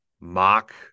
mock